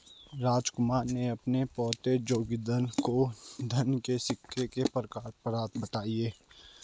रामकुमार ने अपने पोते जोगिंदर को धन के सिक्के के प्रकार बताएं